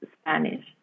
Spanish